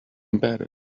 embedded